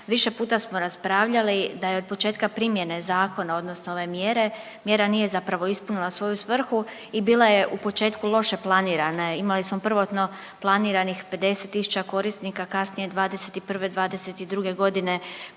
Više puta smo raspravljali da je od početka primjene zakona, odnosno ove mjere, mjera nije zapravo ispunila svoju svrhu i bila je u početku loše planirana. Imali smo prvotno planiranih 50 tisuća korisnika, kasnije '21., '22. g.